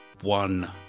one